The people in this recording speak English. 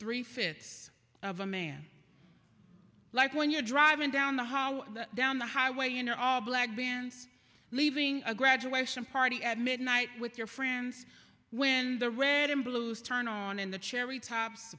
three fifth's of a man like when you're driving down the hall down the highway in your all black vans leaving a graduation party at midnight with your friends when the red and blues turn on in the cherry tops